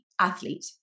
athlete